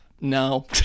no